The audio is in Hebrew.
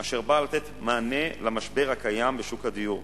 אשר באה לתת מענה למשבר הקיים בשוק הדיור.